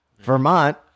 Vermont